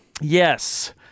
Yes